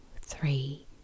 three